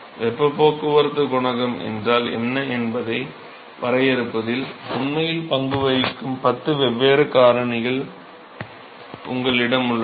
வெப்பப் போக்குவரத்துக் குணகம் என்றால் என்ன என்பதை வரையறுப்பதில் உண்மையில் பங்கு வகிக்கும் 10 வெவ்வேறு காரணிகள் உங்களிடம் உள்ளன